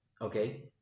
okay